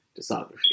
discography